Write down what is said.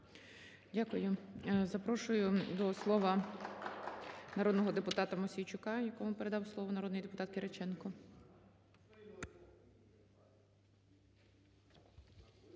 Дякую. Запрошую до слова народного депутата Мосійчука, якому передав слово народний депутат Кириченко.